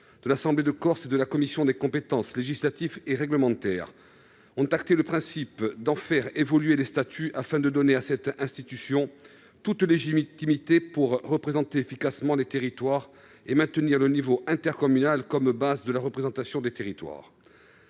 de l'Assemblée de Corse, notamment ceux de sa commission des compétences législatives et réglementaires, ont acté le principe d'en faire évoluer les statuts, afin de donner à cette institution toute légitimité pour représenter efficacement les territoires et maintenir le niveau intercommunal comme base de la représentation des territoires.